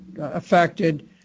affected